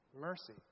mercy